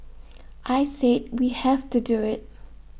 I said we have to do IT